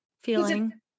Feeling